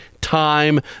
time